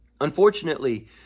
Unfortunately